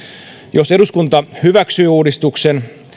jos eduskunta hyväksyy uudistuksen